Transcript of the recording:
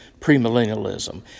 premillennialism